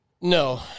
No